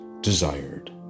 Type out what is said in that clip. desired